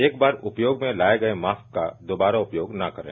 एक बार उपयोग में लाये गये मास्क का दोबारा उपयोग न करें